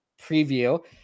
preview